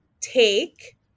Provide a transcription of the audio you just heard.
take